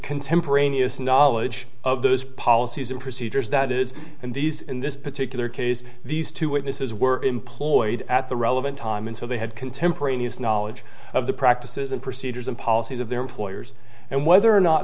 contemporaneous knowledge of those policies and procedures that it is in these in this particular case these two witnesses were employed at the relevant time and so they had contemporaneous knowledge of the practices and procedures and policies of their employers and whether or not